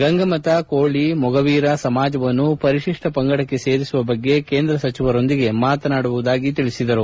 ಗಂಗಾಮತ ಕೋಳಿ ಮೊಗವೀರ ಸಮಾಜವನ್ನು ಪರಿಶಿಷ್ಟ ಪಂಗಡಕ್ಕೆ ಸೇರಿಸುವ ಬಗ್ಗೆ ಕೇಂದ್ರ ಸಚಿವರೊಂದಿಗೆ ಮಾತನಾಡುವುದಾಗಿ ತಿಳಿಸಿದರು